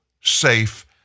safe